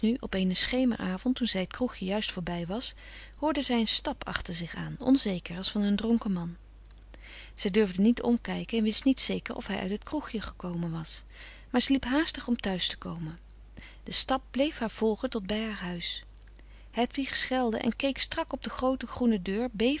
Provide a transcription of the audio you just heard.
op eenen schemeravond toen zij het kroegje juist voorbij was hoorde zij een stap achter zich aan frederik van eeden van de koele meren des doods onzeker als van een dronken man zij durfde niet omkijken en wist niet zeker of hij uit het kroegje gekomen was maar ze liep haastig om thuis te komen de stap bleef haar volgen tot bij haar huis hedwig schelde en keek strak op de groote groene deur